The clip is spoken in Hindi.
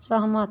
सहमत